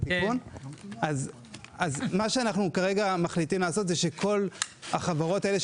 מה שאנחנו מחליטים לעשות זה שכל החברות האלה,